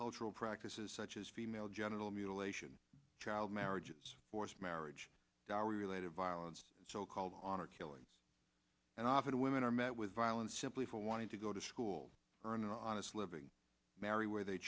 cultural practices such as female genital mutilation child marriages forced marriage dowry related violence so called honor killings and often women are met with violence simply for wanting to go to school earn an honest living marry where they